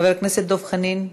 חבר הכנסת דב חנין.